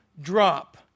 drop